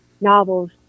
novels